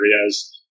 areas